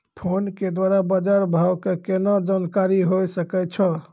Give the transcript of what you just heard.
Phone के द्वारा बाज़ार भाव के केना जानकारी होय सकै छौ?